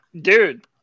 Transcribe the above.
dude